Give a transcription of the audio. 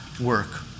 work